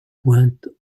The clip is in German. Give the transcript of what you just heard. pointe